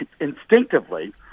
instinctively